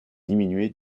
diminuée